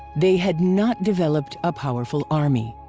they had not developed a powerful army.